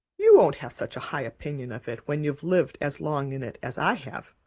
you won't have such a high opinion of it when you've lived as long in it as i have,